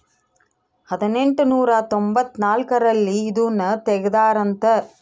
ಹದಿನೆಂಟನೂರ ತೊಂಭತ್ತ ನಾಲ್ಕ್ ರಲ್ಲಿ ಇದುನ ತೆಗ್ದಾರ ಅಂತ